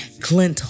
Clint